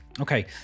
Okay